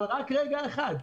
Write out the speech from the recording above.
אבל רק רגע אחד,